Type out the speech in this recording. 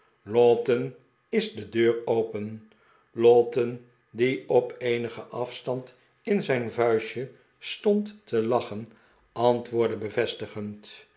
lowten is de deur open lowten die op eenigen afstand in zijn vuistje stond te lachen antwoordde bevestigend